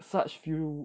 such few